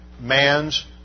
man's